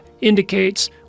indicates